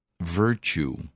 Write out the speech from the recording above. virtue